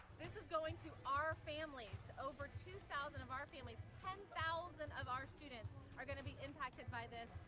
this is going to our families, over two thousand of our families ten thousand of our students are gonna be impacted by this,